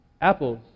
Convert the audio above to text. Apples